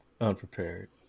unprepared